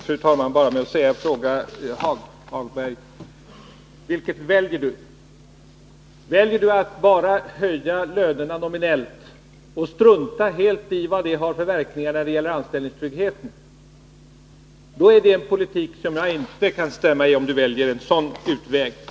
Fru talman! Får jag bara fråga herr Hagberg vilket han väljer — att man bara nominellt höjer lönerna och struntar helt i vad det har för verkningar på anställningstryggheten? Om han väljer en sådan utväg, förespråkar han en politik som jag inte kan instämma i.